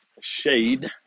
shade